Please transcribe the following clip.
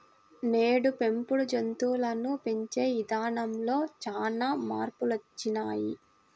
నేడు పెంపుడు జంతువులను పెంచే ఇదానంలో చానా మార్పులొచ్చినియ్యి